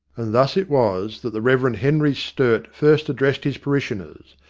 and thus it was that the reverend henry sturt first addressed his parishioners.